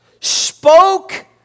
spoke